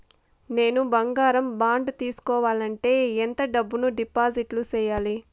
నేను బంగారం బాండు తీసుకోవాలంటే ఎంత డబ్బును డిపాజిట్లు సేయాలి?